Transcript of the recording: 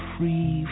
Free